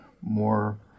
more